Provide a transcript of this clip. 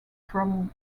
from